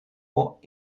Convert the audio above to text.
what